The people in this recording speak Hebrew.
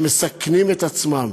שמסכנים את עצמם,